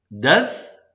death